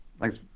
Thanks